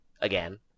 Again